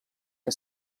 que